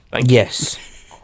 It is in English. Yes